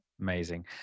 Amazing